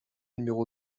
numéro